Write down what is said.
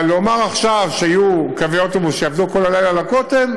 אבל לומר עכשיו שיהיו קווי אוטובוס שיעבדו כל הלילה לכותל,